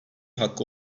hakkı